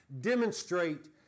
demonstrate